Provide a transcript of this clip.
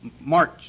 March